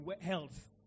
health